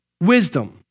wisdom